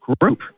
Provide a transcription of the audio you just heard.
group